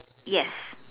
yes